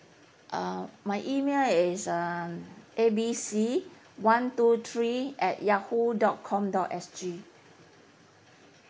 uh my email is um A B C one two three at yahoo dot com dot S_G